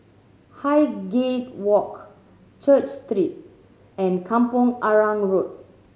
Highgate Walk Church Street and Kampong Arang Road